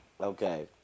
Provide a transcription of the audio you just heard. Okay